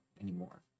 anymore